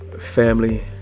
family